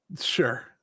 Sure